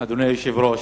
אדוני היושב-ראש,